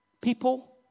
people